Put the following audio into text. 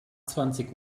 zwanzig